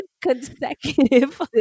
consecutive